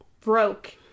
broke